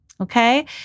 okay